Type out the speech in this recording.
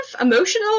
emotional